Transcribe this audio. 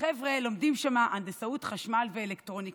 החבר'ה לומדים שם הנדסאות חשמל ואלקטרוניקה.